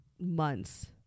months